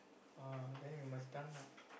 ah then you must done lah